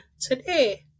today